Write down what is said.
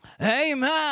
Amen